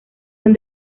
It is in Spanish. son